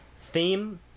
theme